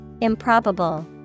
Improbable